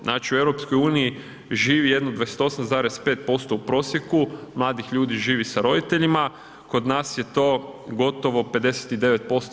Znači u EU-u živi jedno 28,5% u prosjeku mladih ljudi živi s roditeljima, kod nas je to gotovo 59%